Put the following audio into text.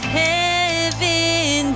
heaven